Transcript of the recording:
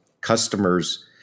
customers